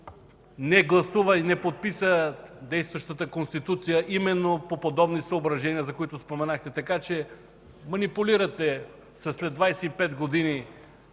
не гласува и не подписа действащата Конституция, именно по подобни съображения, за които споменахте. Така че манипулирате след 25 години